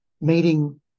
meeting